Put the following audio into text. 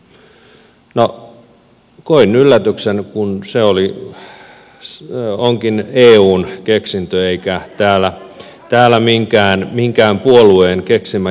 no koin yllätyksen kun se onkin eun keksintö eikä minkään puolueen täällä keksimä juttu